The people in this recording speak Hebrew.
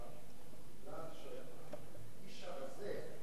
בגלל שהאיש הרזה,